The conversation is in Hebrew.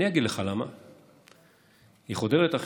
אני אגיד לך למה היא חודרת,